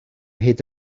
hyd